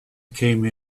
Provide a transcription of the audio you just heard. came